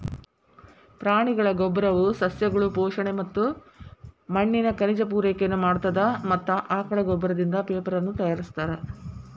ಪ್ರಾಣಿಗಳ ಗೋಬ್ಬರವು ಸಸ್ಯಗಳು ಪೋಷಣೆ ಮತ್ತ ಮಣ್ಣಿನ ಖನಿಜ ಪೂರೈಕೆನು ಮಾಡತ್ತದ ಮತ್ತ ಆಕಳ ಗೋಬ್ಬರದಿಂದ ಪೇಪರನು ತಯಾರಿಸ್ತಾರ